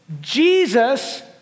Jesus